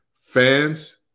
Fans